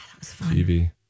tv